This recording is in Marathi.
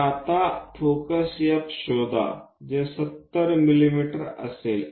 तर आता फोकस F शोधा जे 70 मिमी असेल